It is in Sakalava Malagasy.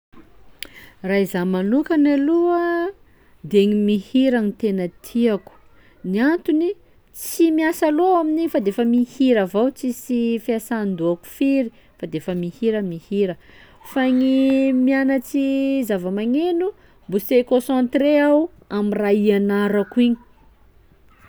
Raha izaho manokany aloha de gny mihira no tena tiako, ny antony tsy miasa loha amin'igny fa de efa mihira avao tsisy fiasan-dohako firy fa de efa mihira mihira; fa gny mianatsy zava-maneno mbô se concentré aho amy raha ianarako igny.